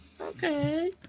okay